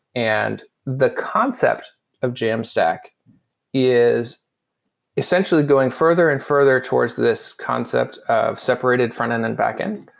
and the concept of jamstack is essentially going further and further towards this concept of separated front-end and back-end.